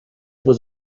was